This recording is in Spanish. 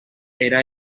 era